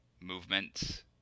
movements